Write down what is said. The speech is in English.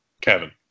Kevin